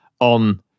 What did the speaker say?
on